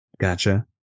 Gotcha